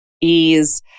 ease